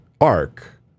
ark